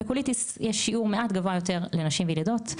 בקוליטיס יש שיעור מעט גבוה יותר לנשים וילדות,